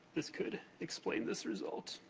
this could explain this result.